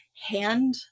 hand